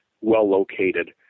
well-located